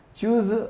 choose